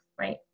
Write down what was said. right